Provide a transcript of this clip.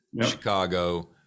chicago